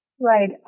Right